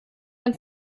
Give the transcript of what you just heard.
ein